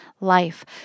life